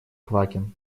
квакин